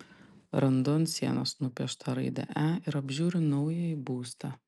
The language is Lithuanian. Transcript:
randu ant sienos nupieštą raidę e ir apžiūriu naująjį būstą